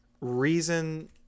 reason